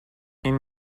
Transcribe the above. این